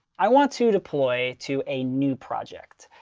i want to deploy to a new project.